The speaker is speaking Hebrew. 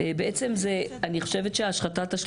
אני לא צריכה שיעורים בעברית.